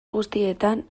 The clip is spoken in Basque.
guztietan